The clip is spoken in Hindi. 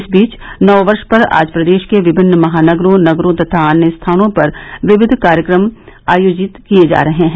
इस बीच नव वर्ष पर आज प्रदेश के विभिन्न महानगरो नगरो तथा अन्य स्थानों पर विविध कार्यक्रम के आयोजन किए जा रहे हैं